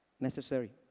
necessary